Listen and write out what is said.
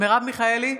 מרב מיכאלי,